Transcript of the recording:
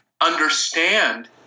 understand